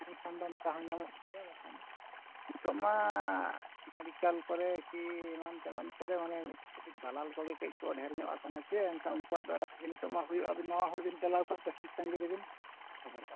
ᱮᱱᱠᱷᱟᱱ ᱫᱚ ᱱᱚᱝᱠᱟ ᱦᱚᱸ ᱧᱟᱢᱚᱜ ᱠᱟᱱ ᱜᱮᱭᱟ ᱵᱟᱝᱠᱷᱟᱱ ᱱᱤᱛᱳᱜᱼᱢᱟ ᱢᱮᱰᱤᱠᱮᱞ ᱠᱚᱨᱮ ᱠᱤ ᱮᱢᱟᱱ ᱛᱮᱢᱟᱱ ᱠᱚᱨᱮᱜ ᱢᱟᱱᱮ ᱠᱟᱹᱴᱤᱡ ᱫᱟᱞᱟᱞ ᱠᱚᱜᱮ ᱠᱟᱹᱡ ᱠᱚ ᱰᱷᱮᱹᱨ ᱧᱚᱜ ᱠᱟᱱᱟ ᱥᱮ ᱮᱱᱠᱷᱟᱱ ᱩᱱᱠᱩᱣᱟᱜ ᱫᱟᱨᱟᱭᱛᱮᱜᱮ ᱱᱤᱛᱚᱜᱢᱟ ᱦᱩᱭᱩᱜᱼᱟ ᱟᱹᱵᱤᱱ ᱱᱟᱣᱟ ᱦᱚᱲ ᱵᱤᱱ ᱪᱟᱞᱟᱣ ᱠᱚᱜᱼᱟ ᱯᱮᱥᱮᱱᱴ ᱛᱟᱹᱜᱤ ᱨᱮ ᱵᱤᱱ